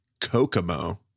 kokomo